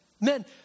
Men